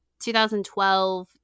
2012